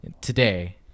today